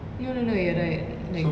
no no look at your diet like